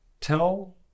tell